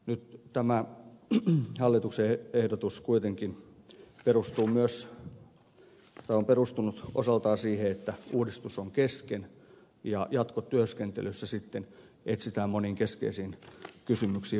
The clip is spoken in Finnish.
nyt tämä hallituksen ehdotus kuitenkin perustuu myös tai on perustunut osaltaan siihen että uudistus on kesken ja jatkotyöskentelyssä sitten etsitään moniin keskeisiin kysymyksiin vastauksia